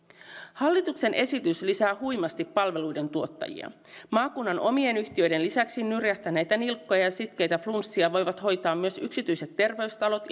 hallituksen esitys lisää huimasti palveluiden tuottajia maakunnan omien yhtiöiden lisäksi nyrjähtäneitä nilkkoja ja sitkeitä flunssia voivat hoitaa myös yksityiset terveystalot